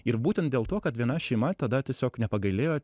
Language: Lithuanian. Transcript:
ir būtent dėl to kad viena šeima tada tiesiog nepagailėjo